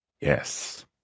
Yes